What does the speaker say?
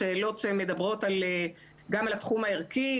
שאלות שמדברות גם על התחום הערכי,